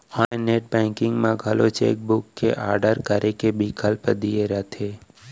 online net banking म घलौ cheque book के आडर करे के बिकल्प दिये रथे